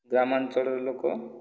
ଗ୍ରାମାଞ୍ଚଳର ଲୋକ